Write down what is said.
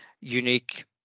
unique